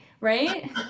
Right